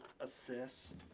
assist